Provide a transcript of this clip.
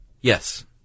Yes